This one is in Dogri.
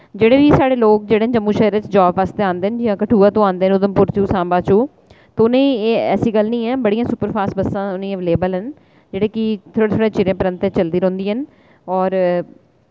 जेह्ड़े बी साढ़े लोक जेह्ड़े न जम्मू शैह्रे च जाब आस्तै औंदे न जां कठुआ तों औंदे न उधमपुर चो साम्बा चो ते उनें ई ऐसी गल्ल नेईं ऐ बड़ियां सुपरफास्ट बस्सां उ'नें अवेलेबल न जेह्ड़ी कि थोह्ड़े थोह्ड़े चिरे परैंत चलदी रौंह्दियां न और